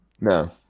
No